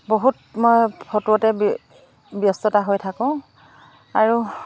বহুত মই ফটোতে ব্য ব্যস্ততা হৈ থাকোঁ আৰু